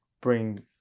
bring